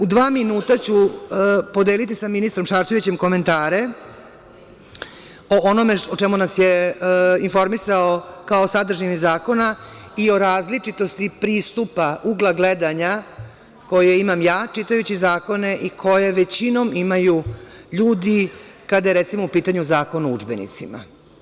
U dva minuta ću podeliti sa ministrom Šarčevićem komentare o onome o čemu nas je informisao o sadržini zakona i o različitosti pristupa ugla gledanja koje imam ja čitajući zakone i koja većinom imaju ljudi kada je recimo u pitanju Zakon o udžbenicima.